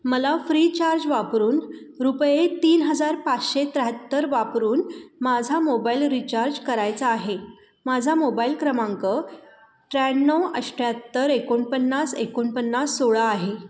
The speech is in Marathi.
मला फ्रीचार्ज वापरून रुपये तीन हजार पाचशे त्र्याहत्तर वापरून माझा मोबाईल रिचार्ज करायचा आहे माझा मोबाईल क्रमांक त्र्याण्णव अठ्ठ्याहत्तर एकोणपन्नास एकोणपन्नास सोळा आहे